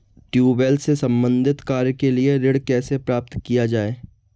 Tubewell से संबंधित कार्य के लिए ऋण कैसे प्राप्त किया जाए?